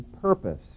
purpose